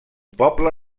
poble